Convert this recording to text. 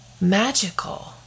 magical